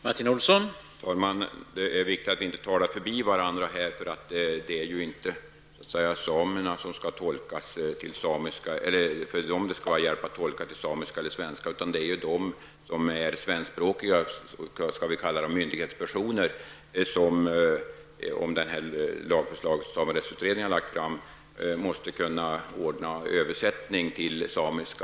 Herr talman! Det är viktigt att vi inte talar förbi varandra här. Det är ju inte samerna som skall ha hjälp att tolkas till svenska, utan det är de svenskspråkiga myndighetspersonerna som, om det förslag till samerättsutredningen har lagt fram skall genomföras, måste kunna tolkas till samiska.